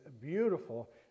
beautiful